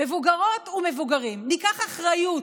מבוגרות ומבוגרים, ניקח אחריות,